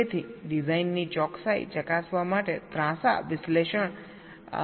તેથી ડિઝાઇનની ચોકસાઈ ચકાસવા માટે ત્રાંસા વિશ્લેષણ હાથ ધરવાની જરૂર પડી શકે છે